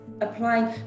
applying